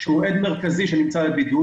שהוא עד מרכזי שנמצא בבידוד,